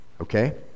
Okay